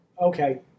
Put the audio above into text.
Okay